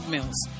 Mills